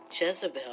Jezebel